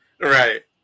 Right